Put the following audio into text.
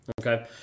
Okay